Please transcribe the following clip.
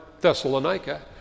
Thessalonica